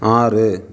ஆறு